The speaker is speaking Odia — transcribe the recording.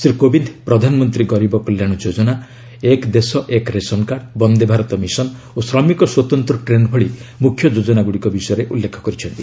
ଶ୍ରୀ କୋବିନ୍ଦ ପ୍ରଧାନମନ୍ତ୍ରୀ ଗରିବ କଲ୍ୟାଣ ଯୋଜନା ଏକ ଦେଶ ଏକ ରେସନକାର୍ଡ୍ ବନ୍ଦେ ଭାରତ ମିଶନ୍ ଓ ଶ୍ରମିକ ସ୍ୱତନ୍ତ୍ର ଟ୍ରେନ୍ ଭଳି ମୁଖ୍ୟ ଯୋଜନାଗୁଡ଼ିକ ବିଷୟରେ ଉଲ୍ଲେଖ କରିଛନ୍ତି